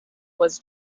was